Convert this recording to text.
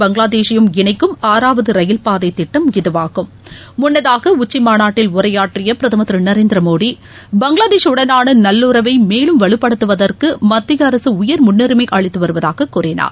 பங்களாதேஷையும் இணைக்கும் ஆறாவதரயில் பாதைதிட்டம் இதுவாகும் உச்சிமாநாட்டில் உரையாற்றியபிரதமர் திருநரேந்திரமோடி முன்னதாக பங்களாதேஷூடனானநல்லுறவைமேலும் வலப்படுத்துவதற்குமத்தியஅரசுஉயர் முன்னுரிமைஅளித்துவருவதாகக் கூறினார்